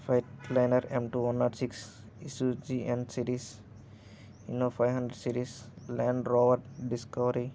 fiat liner M two one nought six Isuzu N series Hino five hundred series Land Rover discovery